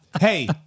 Hey